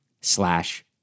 slash